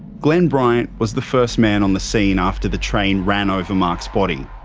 glenn bryant was the first man on the scene after the train ran over mark's body.